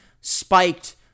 spiked